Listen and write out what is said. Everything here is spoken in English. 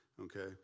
Okay